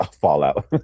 Fallout